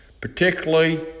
particularly